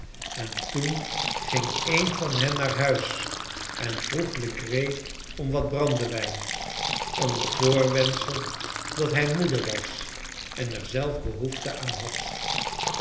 en toen ging een van hen naar huis en vroeg legree om wat brandewijn onder voorwendsel dat hij moede was en er zelf behoefte aan had